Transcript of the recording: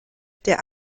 der